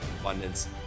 abundance